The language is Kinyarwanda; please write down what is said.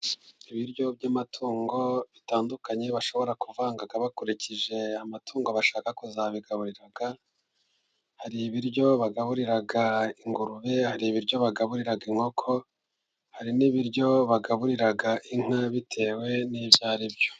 Ibiryo by'amatungo bitandukanye bashobora kuvanga bakurikije amatungo bashaka kuzabigaburira. Hari ibiryo bagaburira ingurube, hari ibiryo bagaburira inkoko, hari n'ibiryo bagaburira inka bitewe n'ibyo ari byo.